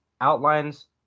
outlines